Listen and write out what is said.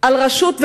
על רשות,